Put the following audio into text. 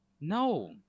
No